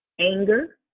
Anger